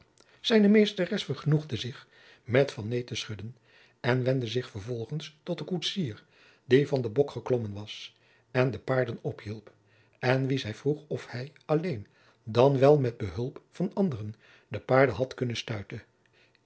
zijne meesteres vergenoegde zich met van neen te schudden en wendde zich vervolgens tot den koetsier die van den bok geklommen was en de paarden ophielp en wien zij vroeg jacob van lennep de pleegzoon of hij alleen dan wel met behulp van anderen de paarden had kunnen stuiten